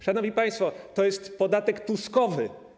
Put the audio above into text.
Szanowni państwo, to jest podatek Tuskowy.